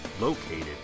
located